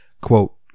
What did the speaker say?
quote